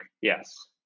Yes